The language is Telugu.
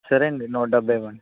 సరే అండి నూట డెబ్బై ఇవ్వండి